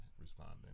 responding